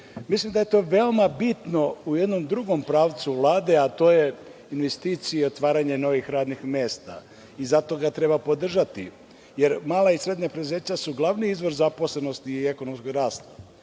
mislim da je to veoma bitno u jednom drugom pravcu Vlade, a to je investicija i otvaranje novih radnih mesta. Zato ga treba podržati, jer mala i srednja preduzeća su glavni izvor zaposlenosti i ekonomskog rasta,